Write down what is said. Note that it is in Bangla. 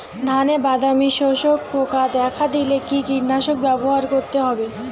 ধানে বাদামি শোষক পোকা দেখা দিলে কি কীটনাশক ব্যবহার করতে হবে?